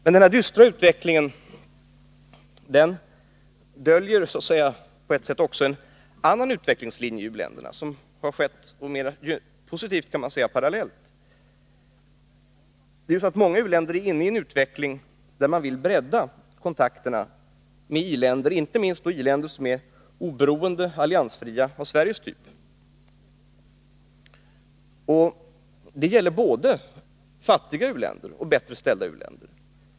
Denna dystra utveckling döljer på ett sätt när det gäller u-länderna en annan utvecklingslinje, som är mera positiv och som har gått parallellt. Många u-länder är inne i en utveckling där man vill bredda kontakterna med i-länder, inte minst i-länder som är oberoende och alliansfria, av Sveriges typ. Detta gäller både fattiga u-länder och bättre ställda u-länder.